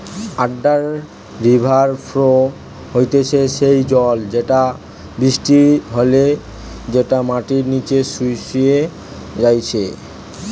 under river flow হতিছে সেই জল যেটা বৃষ্টি হলে যেটা মাটির নিচে শুষে যাইতিছে